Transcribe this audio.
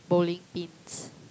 bowling pins